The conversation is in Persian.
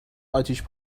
اتیش